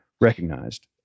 recognized